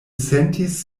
sentis